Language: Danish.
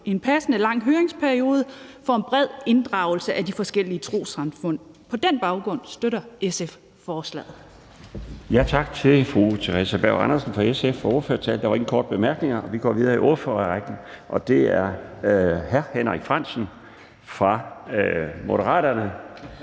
en passende lang høringsperiode for en bred inddragelse af de forskellige trossamfund. På den baggrund støtter SF forslaget. Kl. 17:06 Den fg. formand (Bjarne Laustsen): Tak til fru Theresa Berg Andersen fra SF for ordførertalen. Der er ingen korte bemærkninger. Vi går videre i ordførerrækken, og det er nu hr. Henrik Frandsen fra Moderaterne.